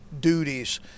duties